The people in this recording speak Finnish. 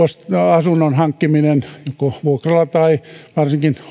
asunnon hankkimisen hinta joko vuokraamalla tai varsinkin